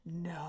No